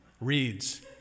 Reads